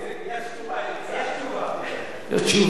איציק, יש תשובה, אין שר.